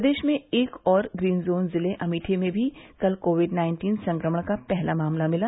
प्रदेश के एक और ग्रीन जोन जिले अमेठी में भी कल कोविड नाइन्टीन संक्रमण का पहला मामला मिला